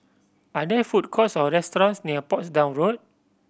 are there food courts or restaurants near Portsdown Road